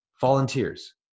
volunteers